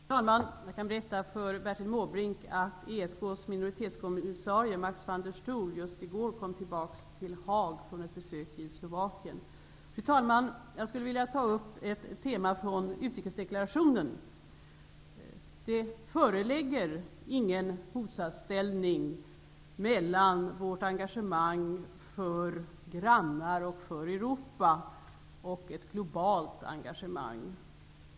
Fru talman! Jag kan berätta för Bertil Måbrink att ESK:s minoritetskommissarie Max van der Stoel just i går kom tillbaka till Haag efter ett besök i Jag skulle vilja ta upp ett tema från utrikesdeklarationen. Det föreligger ingen motsatsställning mellan vårt engagemang för grannar och för Europa och ett globalt engagemang.